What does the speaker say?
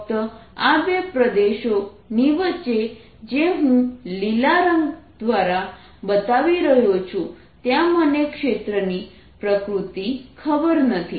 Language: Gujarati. ફક્ત આ બે પ્રદેશોની વચ્ચે જે હું લીલા રંગ દ્વારા બતાવી રહ્યો છું ત્યાં મને ક્ષેત્રની પ્રકૃતિ ખબર નથી